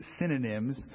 synonyms